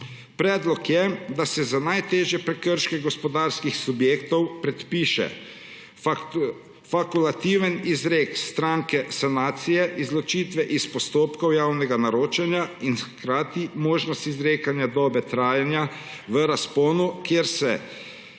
Predlog je, da se za najtežje prekrške gospodarskih subjektov predpiše fakultativni izrek stranske sankcije izločitve iz postopkov javnega naročanja in hkrati možnost izrekanja dobe trajanja v razponu, kjer se